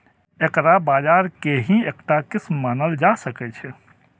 एकरा बाजार के ही एकटा किस्म मानल जा सकै छै